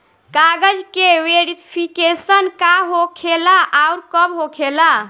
कागज के वेरिफिकेशन का हो खेला आउर कब होखेला?